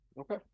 okay